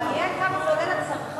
לא, זה לא, מעניין כמה זה עולה לצרכן.